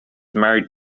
married